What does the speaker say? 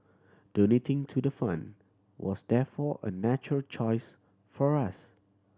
donating to the fund was therefore a natural choice for us